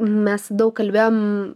mes daug kalbėjom